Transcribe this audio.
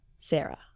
Sarah